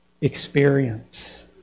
experience